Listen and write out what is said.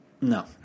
No